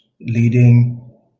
leading